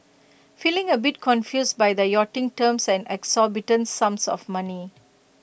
feeling A bit confused by the yachting terms and exorbitant sums of money